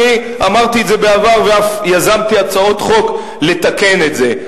אני אמרתי את זה בעבר ואף יזמתי הצעות חוק כדי לתקן את זה.